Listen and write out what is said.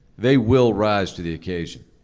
they will rise to the occasion.